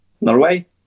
Norway